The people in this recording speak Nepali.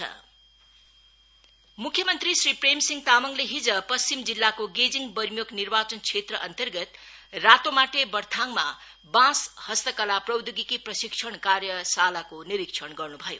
सिएम मुख्य मन्त्री श्री प्रेमसिंह तामाङले हिज पश्चिम जिल्लाको गेजिङ वर्मियोक निर्वाचन क्षेत्रअन्तर्गत रातोमाटे वर्थाङमा बाँस हस्तकला प्रौदयोगिकी प्रशिक्षण कार्यशालाको निरीक्षण गर्न् भयो